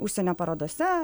užsienio parodose